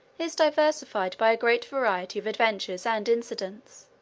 is diversified by a great variety of adventures and incidents,